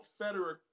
Federer